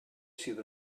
sydd